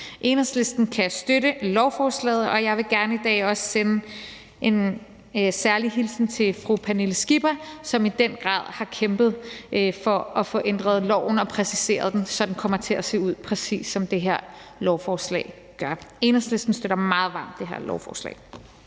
Enhedslisten kan støtte lovforslaget, og jeg vil gerne i dag også sende en særlig hilsen til fru Pernille Skipper, som i den grad har kæmpet for at få ændret loven og præciseret den, så den kommer til at se ud, præcis som det her lovforslag gør. Enhedslisten støtter meget varmt det her lovforslag.